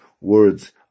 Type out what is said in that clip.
words